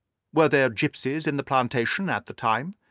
were there gipsies in the plantation at the time?